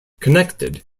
connected